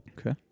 Okay